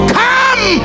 come